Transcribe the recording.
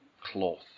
cloth